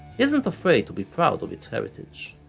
isn't afraid to be proud of its heritage.